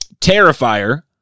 Terrifier